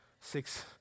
six